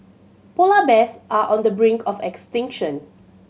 polar bears are on the brink of extinction